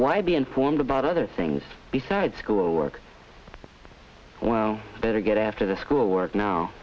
why be informed about other things besides school work wow better get after the school work now